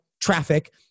traffic